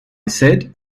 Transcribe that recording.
said